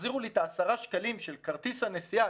תחזירו לי את ה-10 שקלים של כרטיס הנסיעה,